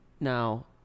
now